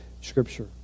Scripture